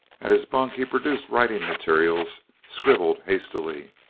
at his bunk, he produced writing materials scribbled hastily.